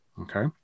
Okay